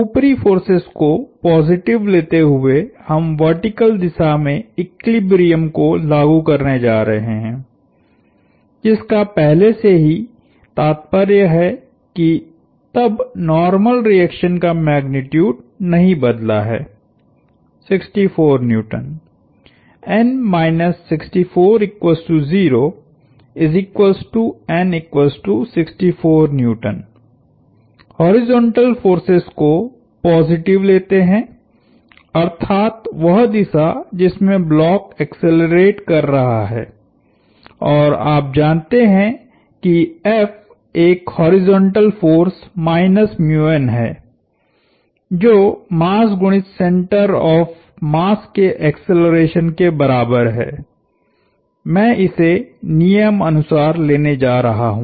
ऊपरी फोर्सेस को पॉजिटिव लेते हुए हम वर्टीकल दिशा में इक्विलिब्रियम को लागु करने जा रहे हैं जिसका पहले से ही तात्पर्य है कि तब नार्मल रिएक्शन का मैग्नीट्यूड नहीं बदला है 64N हॉरिजॉन्टल फोर्सेस को पॉजिटिव लेते है अर्थात वह दिशा जिसमें ब्लॉक एक्सेलरेट कर रहा है और आप जानते हैं कि F एक हॉरिजॉन्टल फोर्स माइनसहै जो मास गुणित सेण्टर ऑफ़ मास के एक्सेलरेशन के बराबर है मैं इसे नियम अनुसार लेने जा रहा हूं